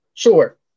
Sure